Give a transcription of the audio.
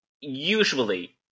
usually